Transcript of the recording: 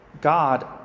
God